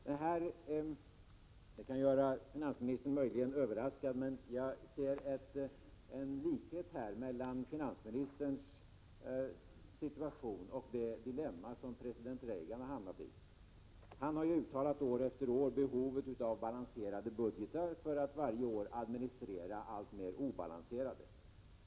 Detta kan möjligen göra finansministern överraskad, men jag ser en likhet mellan finansministerns situation och det dilemma som president Reagan har hamnat i. Han har år efter år talat om behovet av balanserade budgetar, för att sedan varje år administrera alltmer obalanserade sådana.